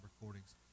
recordings